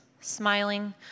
smiling